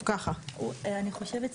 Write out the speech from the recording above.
אני חושבת,